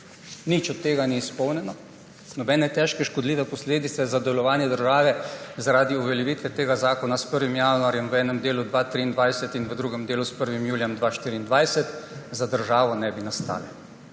Nič od tega ni izpolnjeno. Nobene težke, škodljive posledice za delovanje države zaradi uveljavitve tega zakona s 1. januarjem 2023 v prvem delu in v drugem delu s 1. julijem 2024 za državo ne bi nastale.